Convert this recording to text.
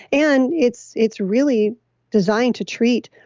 and it's it's really designed to treat,